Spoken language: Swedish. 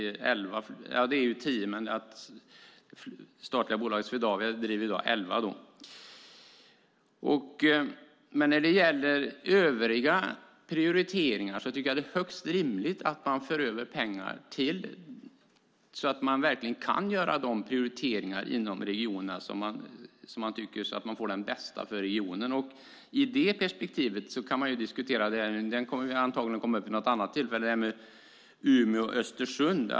Det statliga bolaget Swedavia driver i dag elva flygplatser. Jag tycker att det är högst rimligt att man för över pengar så att det går att göra de prioriteringar som är de bästa för regionen. Vi har till exempel frågan om linjen Umeå-Östersund.